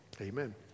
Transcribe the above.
Amen